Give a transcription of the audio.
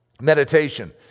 meditation